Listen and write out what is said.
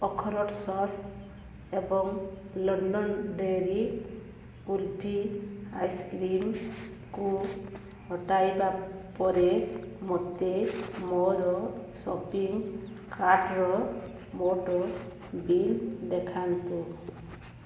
ଅଖରୋଟ୍ ଶସ୍ ଏବଂ London dairy kulfi ଆଇସ୍କ୍ରିମ୍କୁ ହଟାଇବା ପରେ ମୋତେ ମୋର ସପିଂ କାର୍ଟ୍ର ମୋଟ ବିଲ୍ ଦେଖାନ୍ତୁ